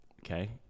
Okay